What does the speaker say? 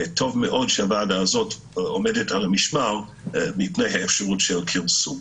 טוב מאוד שהוועדה הזאת עומדת על המשמר מפני האפשרות של כרסום.